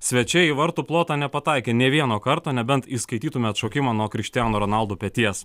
svečiai į vartų plotą nepataikė nė vieno karto nebent įskaitytumėt atšokimą nuo krištiano ronaldo peties